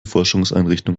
forschungseinrichtung